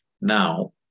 Now